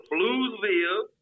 Bluesville